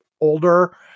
older